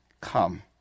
come